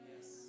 Yes